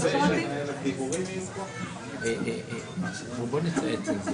מהשלב שבו הוכחה העבירה כלומר העבירה כלומר העבירה הזו נכנסת לתוקף,